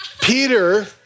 Peter